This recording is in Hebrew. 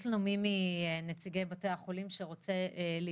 יש לנו נציג מבתי החולים שרוצה להתייחס?